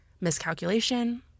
Miscalculation